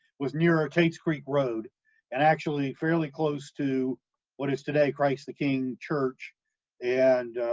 was nearer tate's creek road and actually fairly close to what is today christ the king church and,